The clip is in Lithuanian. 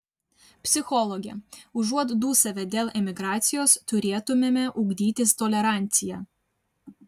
psichologė užuot dūsavę dėl emigracijos turėtumėme ugdytis toleranciją